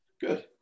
Good